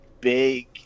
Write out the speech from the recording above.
big